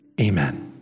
Amen